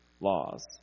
laws